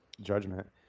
judgment